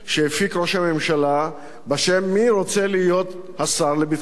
ראש הממשלה בשם "מי רוצה להיות השר לביטחון העורף?",